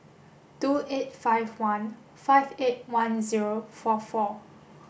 two eight five one five eight one zero four four